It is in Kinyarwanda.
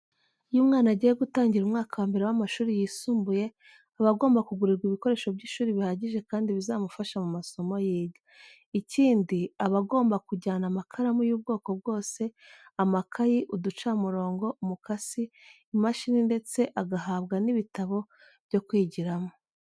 Iyo umwana agiye gutangira umwaka wa mbere w'amashuri yisumbuye, aba agomba kugurirwa ibikoresho by'ishuri bihagije kandi bizamufasha mu masomo yiga. Ikindi aba agomba kujyana amakaramu y'ubwoko bwose, amakayi, uducamurongo, umukasi, imashini ndetse agahabwa n'ibitabo byo kwigiramo.